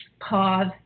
pause